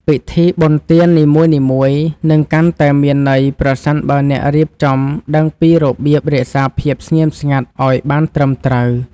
ពិធីបុណ្យទាននីមួយៗនឹងកាន់តែមានន័យប្រសិនបើអ្នករៀបចំដឹងពីរបៀបរក្សាភាពស្ងៀមស្ងាត់ឱ្យបានត្រឹមត្រូវ។